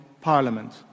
parliament